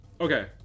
Okay